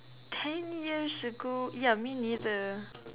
ten years ago ya me neither